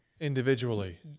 Individually